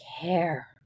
care